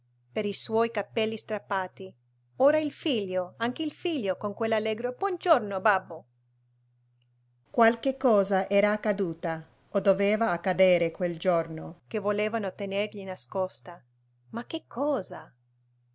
per i suoi capelli strappati ora il figlio anche il figlio con quell'allegro buon giorno babbo qualche cosa era accaduta o doveva accadere quel giorno che volevano tenergli nascosta ma che cosa